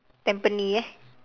tampines eh